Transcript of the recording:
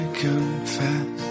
confess